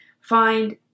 find